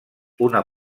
una